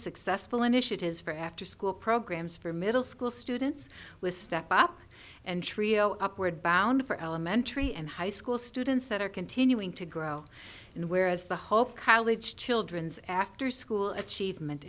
successful initiatives for after school programs for middle school students with step up and trio upward bound for elementary and high school students that are continuing to grow and where as the whole college children's after school achievement